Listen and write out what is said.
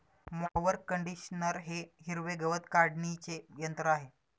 mower conditioner हे हिरवे गवत काढणीचे यंत्र आहे